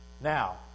Now